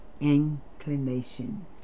inclination